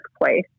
place